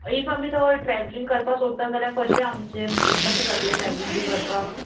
if आमी थंय travelling करपा सोदता जाल्यार कशें आमचें म्हटल्यार कशें जातलें ट्रेवलींग बी करपा